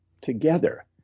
together